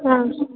ಹಾಂ